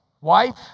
Wife